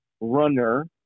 runner